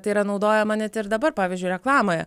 tai yra naudojama net ir dabar pavyzdžiui reklamoje